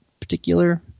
particular